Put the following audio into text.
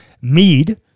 mead